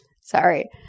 Sorry